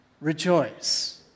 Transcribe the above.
rejoice